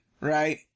right